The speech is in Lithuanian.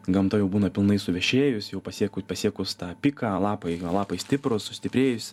gamta jau būna pilnai suvešėjus jau pasieku pasiekus tą piką lapai lapai stiprūs sustiprėjus